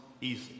easy